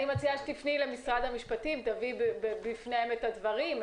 אני מציעה שתפני למשרד המשפטים ותביעי בפניהם את הדברים.